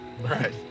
Right